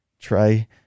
try